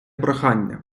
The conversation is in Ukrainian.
прохання